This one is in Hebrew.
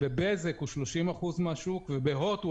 בבזק הוא 30 אחוזים מהשוק ובהוט הוא